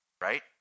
right